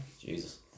Jesus